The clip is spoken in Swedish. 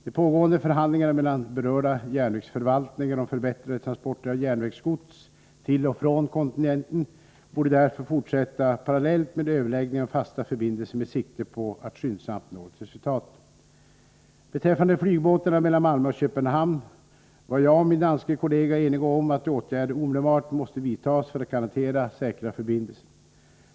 De pågående förhandlingarna mellan berörda järnvägsförvaltningar om förbättrade transporter av järnvägsgods till och från kontinenten borde därför fortsätta parallellt med överläggningar om fasta förbindelser med sikte på att skyndsamt nå ett resultat. Beträffande flygbåtarna mellan Malmö och Köpenhamn var jag och min danske kollega eniga om att åtgärder omedelbart måste vidtas för att garantera säkra förbindelser.